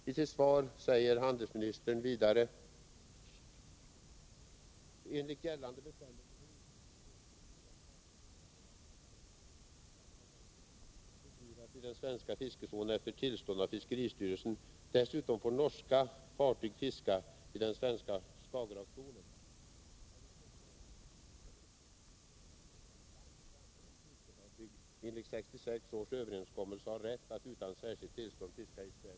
I sitt svar säger handelsministern vidare: ”Enligt gällande bestämmelser får yrkesfiske från utländskt fartyg hemmahörande i Finland, Polen, Sovjetunionen, Tyska Demokratiska Republiken och medlemsstat i Europeiska ekonomiska gemenskapen bedrivas i den svenska fiskezonen efter tillstånd av fiskeristyrelsen. Dessutom får norska fartyg fiska i den svenska Skagerackzonen.” Jag vill påminna om att även danska fiskefartyg enligt 1966 års överenskommelse har rätt att utan särskilt tillstånd fiska i svensk zon i Skagerack.